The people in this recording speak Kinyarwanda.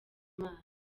imana